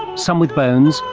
some with bones,